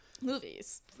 Movies